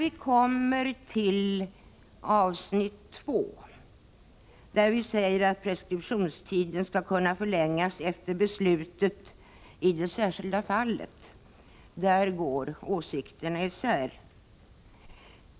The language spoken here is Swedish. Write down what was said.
I avsnitt 2, där vi säger att preskriptionstiden skall kunna förlängas efter beslut i det särskilda fallet, går emellertid åsikterna isär.